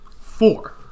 Four